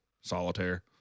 solitaire